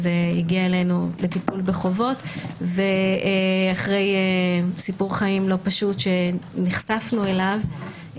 הגיעה אלינו לטיפול בחובות ואחרי סיפור חיים לא פשוט שנחשפנו אליו,